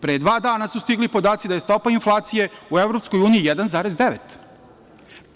Pre dva dana su stigli podaci da je stopa inflacije u EU 1,9%